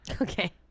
Okay